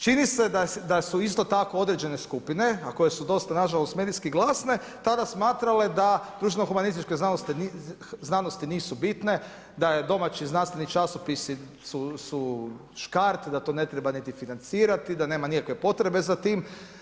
Čini se da su isto tako određene skupine a koje su dosta nažalost medijski glasne, tada smatrale da društveno-humanističke znanosti nisu bitne, da domaći znanstveni časopisi su škart, da to ne treba niti financirati, da nema nikakve potrebe za tim.